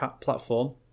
platform